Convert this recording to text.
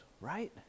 right